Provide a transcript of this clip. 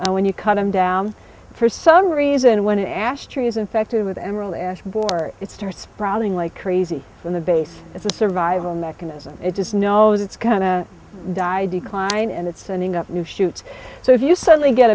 and when you cut them down for some reason when an ash tree is infected with emerald ash bore its turns sprouting like crazy on the base it's a survival mechanism it just knows it's going to die decline and it's sending up new shoots so if you suddenly get